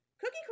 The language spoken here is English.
Cookie